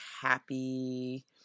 happy